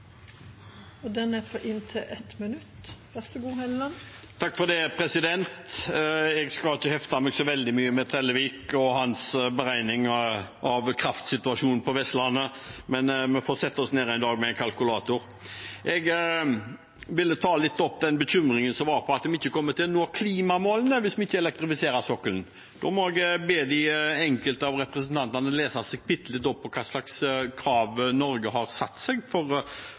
minutt. Jeg skal ikke hefte meg så veldig mye med representanten Trellevik og hans beregning av kraftsituasjonen på Vestlandet, men vi får sette oss ned med en kalkulator en dag. Jeg vil ta opp bekymringen for at vi ikke kommer til å nå klimamålene hvis vi ikke elektrifiserer sokkelen. Da må jeg be enkelte av representantene om å lese seg litt opp på hva slags krav Norge har satt til seg